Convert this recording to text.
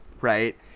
right